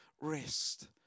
rest